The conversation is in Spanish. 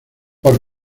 por